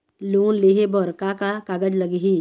Loan लेहे बर का का कागज लगही?